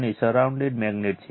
અને surrounded magnet છે